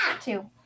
Two